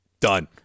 Done